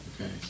Okay